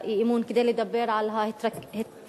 לאי-אמון כדי לדבר על ההתייקרויות